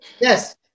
Yes